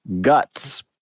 Guts